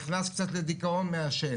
נכנס לדיכאון מעשן,